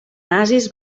nazis